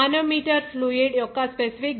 manometer fluid యొక్క specific gravity 0